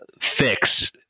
fix